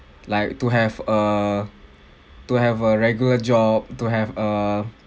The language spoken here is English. like to have a to have a regular job to have a